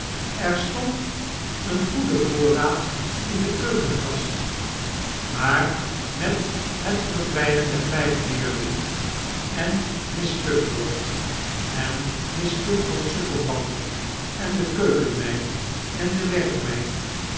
er stond een goede voorraad in de keukenkast maar met het verdwijnen der vijf leerlingen en miss pupford en miss pupford's secondante en de keukenmeid en de werkmeid